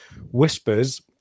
whispers